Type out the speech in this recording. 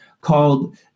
called